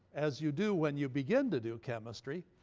as you do when you begin to do chemistry,